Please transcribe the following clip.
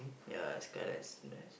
ya skyline is the best